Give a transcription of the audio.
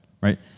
Right